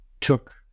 took